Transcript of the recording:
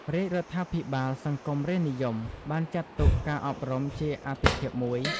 រាជរដ្ឋាភិបាលសង្គមរាស្រ្តនិយមបានចាត់ទុកការអប់រំជាអាទិភាពមួយ។